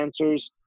answers